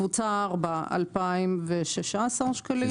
קבוצה ארבע, 2,116 שקלים.